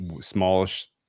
smallish